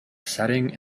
setting